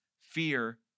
fear